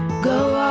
go